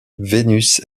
vénus